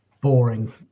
boring